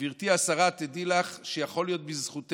גברתי השרה, תדעי לך, יכול להיות שבזכותך,